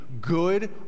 good